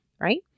right